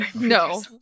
No